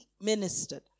ministered